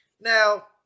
Now